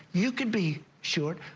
you can be short.